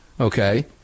okay